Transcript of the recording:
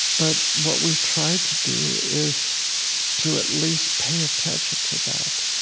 but what we've tried to do is to at least pay attention to that.